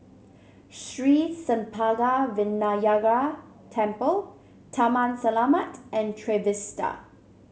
Sri Senpaga Vinayagar Temple Taman Selamat and Trevista